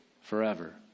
forever